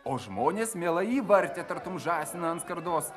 o žmonės mielai jį vartė tartum žąsiną ant skardos